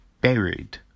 Buried